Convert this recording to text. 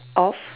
of